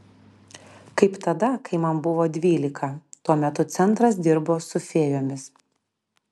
kaip tada kai man buvo dvylika tuo metu centras dirbo su fėjomis